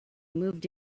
moved